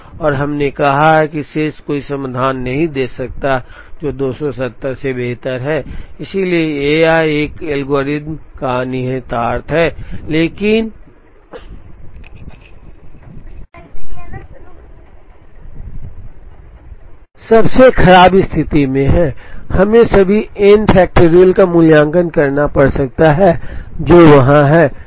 और हमने कहा है कि शेष कोई समाधान नहीं दे सकता है जो 270 से बेहतर है इसलिए यह एक एल्गोरिथ्म का निहितार्थ है लेकिन सबसे खराब स्थिति में हमें सभी एन फैक्टरियल का मूल्यांकन करना पड़ सकता है जो वहां हैं